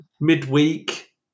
midweek